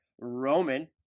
Roman